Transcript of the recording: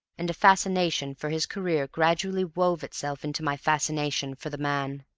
and a fascination for his career gradually wove itself into my fascination for the man.